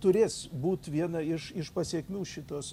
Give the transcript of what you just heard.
turės būt viena iš iš pasekmių šitos